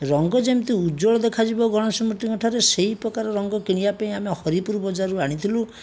ରଙ୍ଗ ଯେମିତି ଉଜ୍ଵଳ ଦେଖାଯିବ ଗଣେଶ ମୂର୍ତ୍ତିଙ୍କ ଠାରେ ସେଇ ପ୍ରକାର ରଙ୍ଗ କିଣିବା ପାଇଁ ଆମେ ହରିପୁରୁ ବଜାରରୁ ଆଣିଥିଲୁ